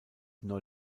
nor